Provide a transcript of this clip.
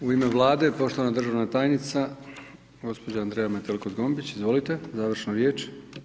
U ime Vlade, poštovana državna tajnica gđa. Andreja Metelko Zgombić, izvolite završnu riječ.